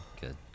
Good